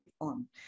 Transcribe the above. on